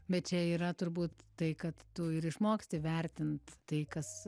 bet čia yra turbūt tai kad tu ir išmoksti vertint tai kas